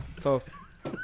Tough